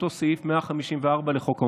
באותו סעיף 154 לחוק העונשין.